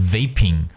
Vaping